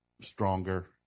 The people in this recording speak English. stronger